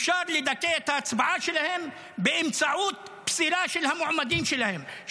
אפשר לדכא את ההצבעה שלהם באמצעות פסילה של המועמדים שלהם,